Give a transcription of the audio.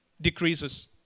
decreases